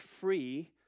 free